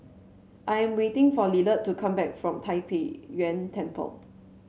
I am waiting for Lillard to come back from Tai Pei Yuen Temple